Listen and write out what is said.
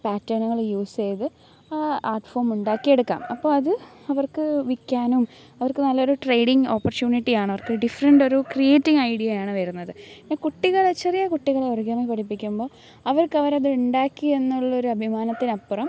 പാറ്റേണുകള് use ചെയ്ത് art form ഉണ്ടാക്കിയെടുക്കാം അപ്പോൾ അത് അവർക്ക് വിൽക്കാനും അവർക്ക് നല്ലൊരു ട്രേഡിങ് ഓപ്പർച്യൂണിറ്റിയാണ് അവർക്ക് ഡിഫറെന്റൊരു ക്രിയേറ്റിങ്ങ് ഐഡിയ ആണ് വരുന്നത് പിന്നെ കുട്ടികള് ചെറിയ കുട്ടികള് ഓറിഗാമിക് പഠിപ്പിക്കുമ്പോ അവർക്ക് അവരത് ഉണ്ടാക്കി എന്നുള്ളൊരു അഭിമാനത്തിനപ്പുറം